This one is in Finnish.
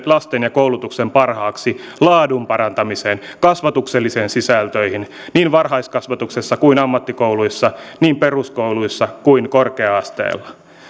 lasten ja koulutuksen parhaaksi laadun parantamiseen ja kasvatuksellisiin sisältöihin niin varhaiskasvatuksessa kuin ammattikouluissa niin peruskouluissa kuin korkea asteella